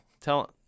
tell